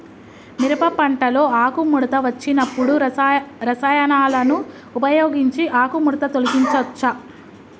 మిరప పంటలో ఆకుముడత వచ్చినప్పుడు రసాయనాలను ఉపయోగించి ఆకుముడత తొలగించచ్చా?